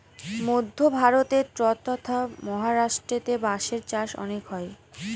মধ্য ভারতে ট্বতথা মহারাষ্ট্রেতে বাঁশের চাষ অনেক হয়